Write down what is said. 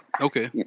Okay